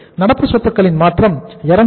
நடப்பு சொத்துக்களின் மாற்றம் 200க்கு 0